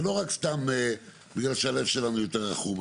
זה לא רק סתם בגלל שהלב שלנו יותר רחום.